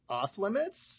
off-limits